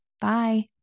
Bye